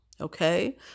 Okay